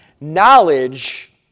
Knowledge